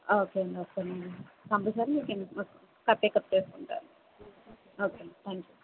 ఓకేనండి ఓకేనండి పంపించాక మీకు ఇన్ఫో టేక్ అప్ చేసుకుంటారు ఓకేనండి థ్యాంక్ యూ